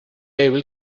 able